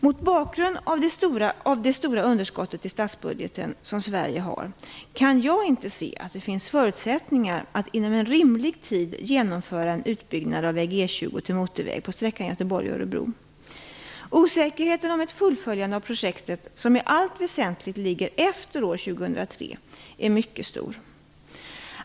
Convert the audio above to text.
Mot bakgrund av det stora underskott i statsbudgeten som Sverige har kan jag inte se att det finns förutsättningar att inom en rimlig tid genomföra en utbyggnad av väg E 20 till motorväg på sträckan Göteborg-Örebro. Osäkerheten om ett fullföljande av projektet, som i allt väsentligt ligger efter år 2003, är mycket stor.